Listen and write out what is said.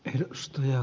arvoisa puhemies